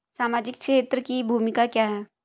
सामाजिक क्षेत्र की भूमिका क्या है?